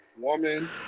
woman